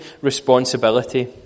responsibility